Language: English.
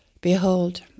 Behold